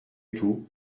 tout